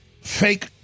Fake